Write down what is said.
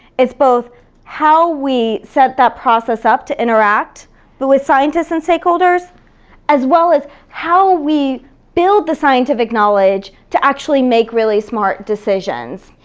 it's both how we set that process up to interact but with scientists and stakeholders as well as how we build the scientific knowledge to actually make really smart decisions.